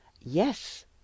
Yes